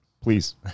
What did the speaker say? Please